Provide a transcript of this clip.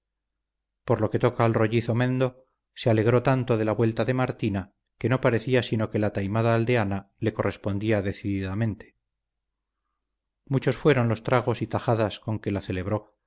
por lo que toca al rollizo mendo se alegró tanto de la vuelta de martina que no parecía sino que la taimada aldeana le correspondía decididamente muchos fueron los tragos y tajadas con que la celebró